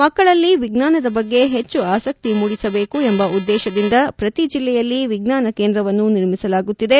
ಮಕ್ಕಳಲ್ಲಿ ವಿಜ್ಞಾನದ ಬಗ್ಗೆ ಹೆಚ್ಚು ಆಸಕ್ತಿ ಮೂಡಿಸಬೇಕು ಎಂಬ ಉದ್ದೇಶದಿಂದ ಪ್ರತಿ ಜಿಲ್ಲೆಯಲ್ಲಿ ವಿಜ್ಞಾನ ಕೇಂದ್ರವನ್ನು ನಿರ್ಮಿಸಲಾಗುತ್ತಿದೆ